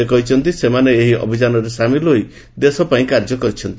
ସେ କହିଛନ୍ତି ସେମାନେ ଏହି ଅଭିଯାନରେ ସାମିଲ୍ ହୋଇ ଦେଶପାଇଁ କାର୍ଯ୍ୟ କରିଛନ୍ତି